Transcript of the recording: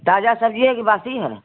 ताजा सब्जी है कि बासी है